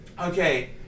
Okay